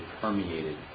permeated